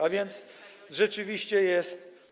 A więc rzeczywiście jest.